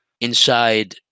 Inside